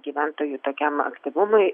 gyventojų tokiam aktyvumui